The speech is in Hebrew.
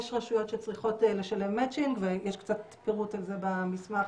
יש רשויות שצריכות לשלם מצ'ינג ויש קצת פירוט על זה במסמך,